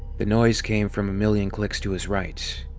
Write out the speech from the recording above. the noise came from a million klicks to his right.